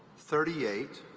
thirty eight,